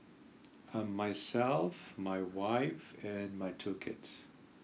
um myself my wife and my two kids